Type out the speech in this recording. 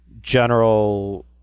general